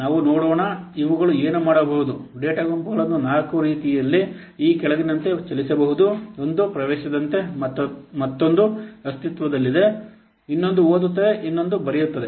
ನಾವು ನೋಡೋಣ ಇವುಗಳು ಏನು ಮಾಡಬಹುದು ಡೇಟಾ ಗುಂಪುಗಳನ್ನು ನಾಲ್ಕು ರೀತಿಯಲ್ಲಿ ಈ ಕೆಳಗಿನಂತೆ ಚಲಿಸಬಹುದು ಮತ್ತು ಒಂದು ಪ್ರವೇಶದಂತೆ ಮತ್ತೊಂದು ಅಸ್ತಿತ್ವದಲ್ಲಿದೆ ಇನ್ನೊಂದು ಓದುತ್ತದೆ ಇನ್ನೊಂದು ಬರೆಯುತ್ತದೆ